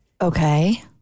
Okay